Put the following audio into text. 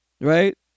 Right